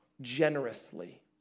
generously